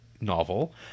novel